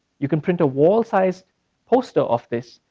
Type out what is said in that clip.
you can print a wall size poster of this,